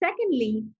Secondly